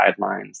guidelines